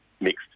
mixed